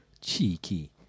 Cheeky